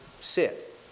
sit